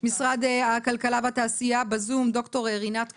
משרד הכלכלה והתעשייה בזום, ד"ר רינת כהן,